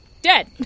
dead